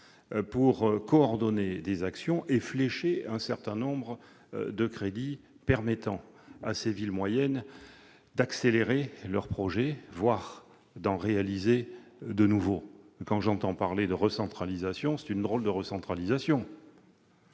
pour coordonner des actions et flécher un certain nombre de crédits permettant aux villes moyennes d'accélérer la réalisation de leurs projets, voire d'en réaliser de nouveaux. J'entends parler de « recentralisation ». Drôle de recentralisation,